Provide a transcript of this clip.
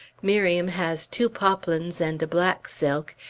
miriam has two poplins and a black silk,